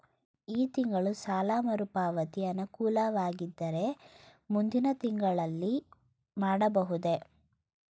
ಈ ತಿಂಗಳು ಸಾಲ ಮರುಪಾವತಿ ಅನಾನುಕೂಲವಾಗಿದ್ದರೆ ಮುಂದಿನ ತಿಂಗಳಲ್ಲಿ ಮಾಡಬಹುದೇ?